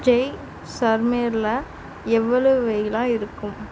ஜெய்சர்மேரில் எவ்வளவு வெயிலா இருக்கும்